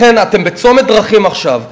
לכן, אתם בצומת דרכים עכשיו.